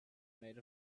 made